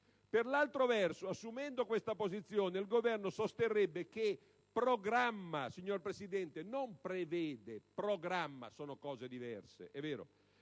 Per altro verso, assumendo questa posizione, il Governo sosterrebbe che programma - signor Presidente, non «prevede», sono cose diverse - il